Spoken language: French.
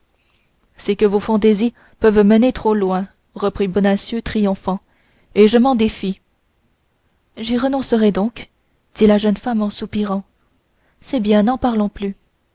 c'est que vos fantaisies peuvent mener trop loin reprit bonacieux triomphant et je m'en défie j'y renoncerai donc dit la jeune femme en soupirant c'est bien n'en parlons plus